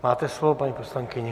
Máte slovo, paní poslankyně.